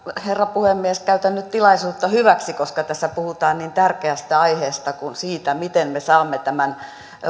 herra puhemies käytän nyt tilaisuutta hyväksi koska tässä puhutaan niin tärkeästä aiheesta siitä miten me saamme tämän